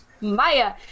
Maya